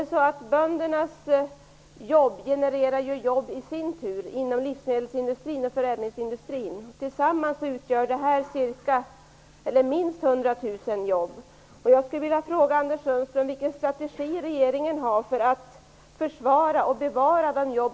Böndernas jobb genererar jobb i sin tur inom livsmedelsindustrin och förädlingsindustrin. Tillsammans utgör det minst 100 000 jobb.